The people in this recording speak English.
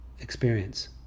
experience